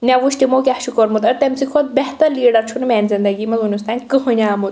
مےٚ وُچھ تِمو کیٛاہ چھُ کوٚرمُت اور تٔمۍ سٕنٛدۍ کھۄتہٕ بہتر لیڈَر چھُنہٕ میٛانہِ منٛز وُنیٛک تانۍ کٕہٲنۍ آمُت